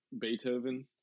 Beethoven